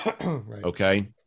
okay